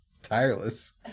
Tireless